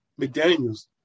McDaniels